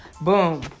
Boom